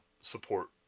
support